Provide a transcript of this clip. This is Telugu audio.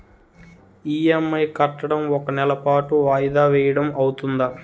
ఇ.ఎం.ఐ కట్టడం ఒక నెల పాటు వాయిదా వేయటం అవ్తుందా?